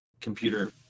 computer